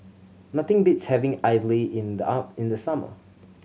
nothing beats having idly in the summer